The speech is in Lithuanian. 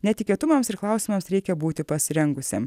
netikėtumams ir klausimams reikia būti pasirengusiam